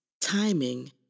timing